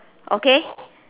okay